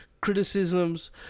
criticisms